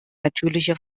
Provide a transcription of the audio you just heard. natürliche